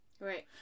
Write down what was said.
Right